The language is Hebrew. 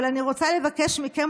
אבל אני רוצה לבקש מכם,